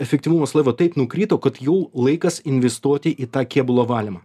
efektyvumas laivo taip nukrito kad jų laikas investuoti į tą kėbulo valymą